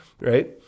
right